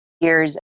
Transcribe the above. years